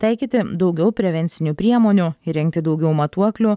taikyti daugiau prevencinių priemonių įrengti daugiau matuoklių